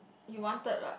you wanted ah